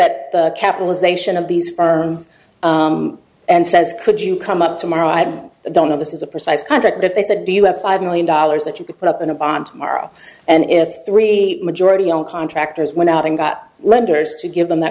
at capitalization of these firms and says could you come up tomorrow i don't know this is a precise contract that they said do you have five million dollars that you could put up in a bond tomorrow and if three majority all contractors went out and got lenders to give them that